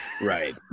Right